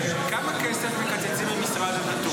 כמה כסף מקצצים ממשרד הדתות?